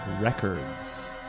Records